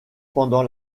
pendant